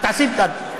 כן.